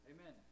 Amen